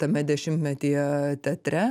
tame dešimtmetyje teatre